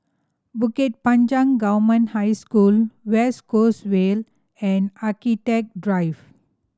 Bukit Panjang Government High School West Coast Vale and Architecture Drive